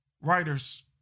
writers